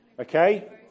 okay